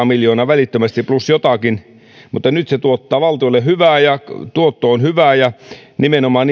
miljoonaa välittömästi plus jotakin mutta nyt se tuottaa valtiolle hyvää ja tuotto on hyvää ja nimenomaan